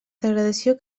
degradació